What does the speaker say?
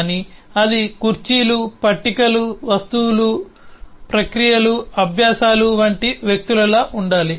కానీ అది కుర్చీలు పట్టికలు వస్తువులు ప్రక్రియలు అభ్యాసాలు వంటి వ్యక్తులలా ఉండాలి